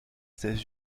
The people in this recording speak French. états